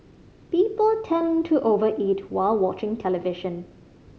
people tend to over eat while watching television